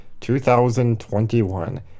2021